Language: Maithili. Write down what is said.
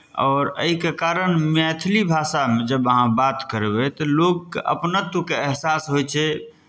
आओर एहिके कारण मैथिली भाषामे जब अहाँ बात करबै तऽ लोककेँ अपनत्वके अहसास होइ छै